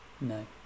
no